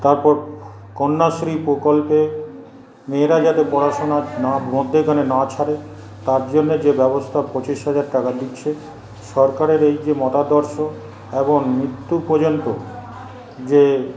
তারপর কন্যাশ্রী প্রকল্পে মেয়েরা যাতে পড়াশোনা না মধ্যিখানে না ছাড়ে তার জন্যে যে ব্যবস্থা পঁচিশ হাজার টাকা দিচ্ছে সরকারের এই যে মতাদর্শ এবং মৃত্যু পর্যন্ত যে